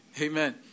Amen